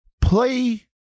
Play